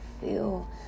feel